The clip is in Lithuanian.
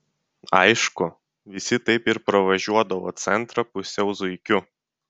aišku visi taip ir pravažiuodavo centrą pusiau zuikiu